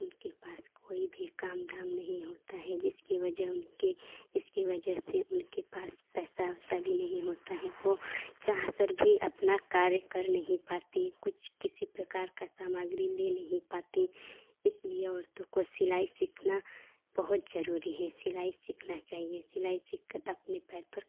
उनके पास कोई भी काम धाम नहीं होता है जिसके वजह उनके इसकी वजह से उनके पास पैसा वैसा भी नहीं होता है वो चाहकर भी अपना कार्य कर नहीं पाती कुछ किसी प्नकार का सामग्री ले नहीं पाती इसलिए औरतों को सिलाई सीखना बहुत जरूरी है सिलाई सीखना चाहिए सिलाई सीख कर अपने पैर पर खड़ा होना